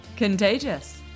Contagious